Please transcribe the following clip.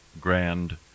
grand